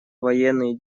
военные